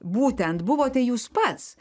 būtent buvote jūs pats